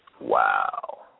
Wow